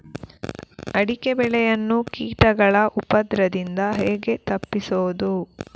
ಅಡಿಕೆ ಬೆಳೆಯನ್ನು ಕೀಟಗಳ ಉಪದ್ರದಿಂದ ಹೇಗೆ ತಪ್ಪಿಸೋದು?